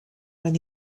when